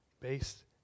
based